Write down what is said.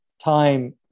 time